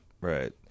right